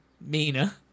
Mina